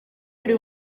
biri